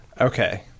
Okay